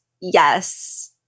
Yes